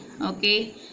Okay